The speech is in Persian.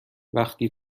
وقتی